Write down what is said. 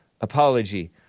apology